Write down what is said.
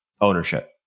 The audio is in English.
ownership